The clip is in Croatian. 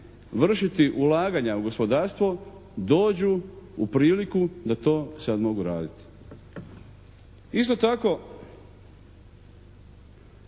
vršiti ulaganja u gospodarstvo dođu u priliku da to sad mogu raditi. Isto tako